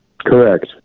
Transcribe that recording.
Correct